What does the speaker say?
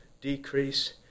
decrease